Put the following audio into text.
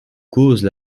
cause